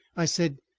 i said,